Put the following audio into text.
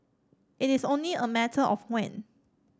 it is only a matter of when